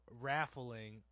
raffling